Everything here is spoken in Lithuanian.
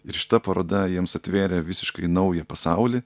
ir šita paroda jiems atvėrė visiškai naują pasaulį